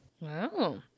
Wow